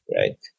right